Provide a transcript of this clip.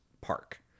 park